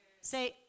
Say